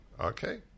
Okay